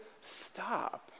stop